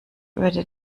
würde